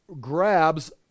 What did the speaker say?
grabs